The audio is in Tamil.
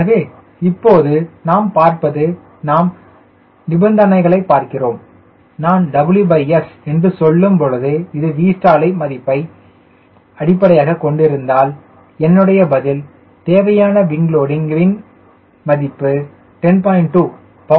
எனவே இப்போது நாம் பார்ப்பது நாம் நிபந்தனைகளைப் பார்க்கிறோம் நான் WS என்று சொல்லும்பொழுது இது Vstall ஐ மதிப்பை அடிப்படையாகக் கொண்டிருந்தால் என்னுடைய பதில் தேவையான விங் லோடிங் வின் மதிப்பு 10